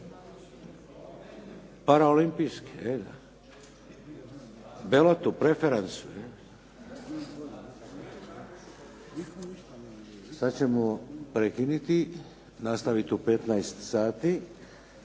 Paraolimpijski. U belotu, preferansu. Sad ćemo prekinuti i nastavit u 15 sati.